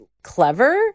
Clever